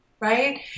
Right